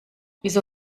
wieso